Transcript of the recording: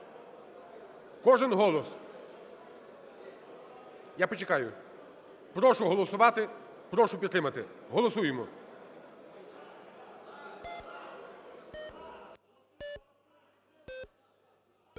Кожен голос, я почекаю. Прошу голосувати, прошу підтримати, голосуємо.